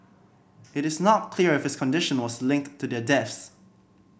it is not clear if his condition was linked to their deaths